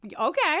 okay